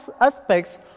aspects